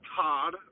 Todd